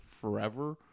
forever